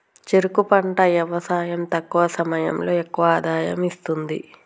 చెరుకు పంట యవసాయం తక్కువ సమయంలో ఎక్కువ ఆదాయం ఇస్తుంది